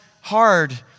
hard